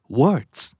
words